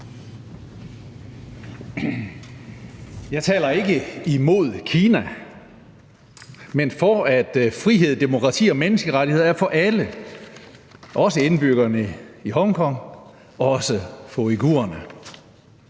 Jeg taler ikke imod Kina, men for, at frihed, demokrati og menneskerettigheder er for alle – også indbyggerne i Hongkong, også for uighurerne.